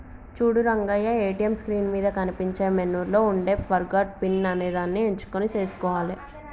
చూడు Rangaiah ATM screen మీద కనిపించే మెనూలో ఉండే ఫర్గాట్ పిన్ అనేదాన్ని ఎంచుకొని సేసుకోవాలి